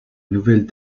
nouvelles